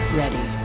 ready